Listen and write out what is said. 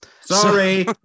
Sorry